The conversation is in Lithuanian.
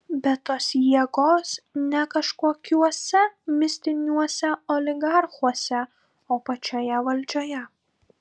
bet tos jėgos ne kažkokiuose mistiniuose oligarchuose o pačioje valdžioje